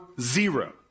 zero